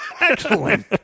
excellent